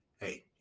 Hey